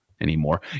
anymore